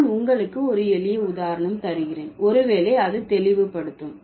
நான் உங்களுக்கு ஒரு எளிய உதாரணம் தருகிறேன் ஒரு வேளை அது தெளிவுபடுத்தும்